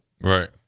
Right